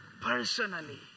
personally